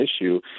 issue